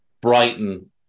Brighton